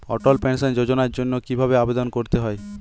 অটল pension যোজনার জন্য কি ভাবে আবেদন করতে হয়?